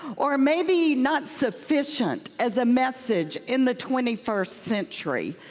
or maybe not sufficient as a message in the twenty first century.